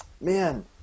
Man